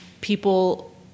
people